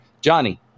Johnny